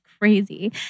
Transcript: crazy